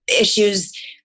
issues